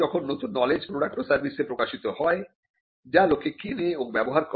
যখন নতুন knowledge product ও সার্ভিসে প্রকাশিত হয় লোকে সেগুলি কেনে ও ব্যবহার করে